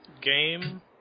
game